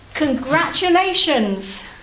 Congratulations